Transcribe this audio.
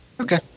Okay